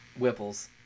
Whipples